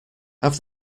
have